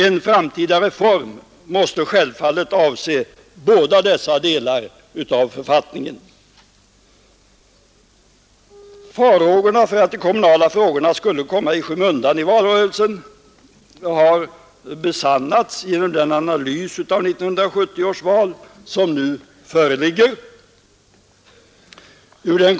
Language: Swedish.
En framtida reform måste självfallet avse båda dessa delar av författningen. Farhågorna för att de kommunala frågorna skulle komma i skymundan i valrörelsen har besannats genom den analys som nu gjorts av 1970 års val.